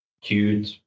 cute